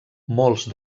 molts